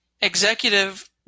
executive